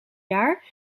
jaar